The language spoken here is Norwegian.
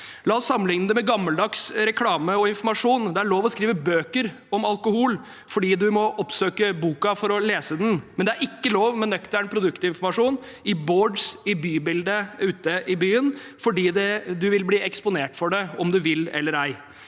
La oss sammenligne det med gammeldags reklame og informasjon. Det er lov til å skrive bøker om alkohol fordi man må oppsøke boka for å lese den, men det er ikke lov med nøktern produktinformasjon på «boards» i bybildet ute i byen fordi man vil bli eksponert for det om man vil eller ei.